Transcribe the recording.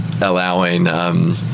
allowing